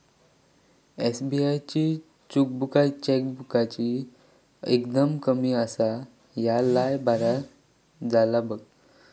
SBI ची चेकबुकाची fee एकदम कमी आसा, ह्या लय बरा झाला बघ